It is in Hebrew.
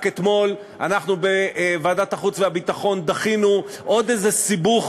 רק אתמול אנחנו בוועדת החוץ והביטחון דחינו עוד איזה סיבוך